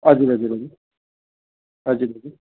हजुर हजुर हजुर हजुर हजुर